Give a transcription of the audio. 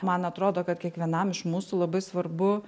man atrodo kad kiekvienam iš mūsų labai svarbu